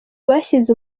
bashyize